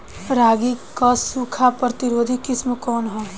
रागी क सूखा प्रतिरोधी किस्म कौन ह?